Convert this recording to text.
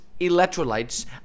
Electrolytes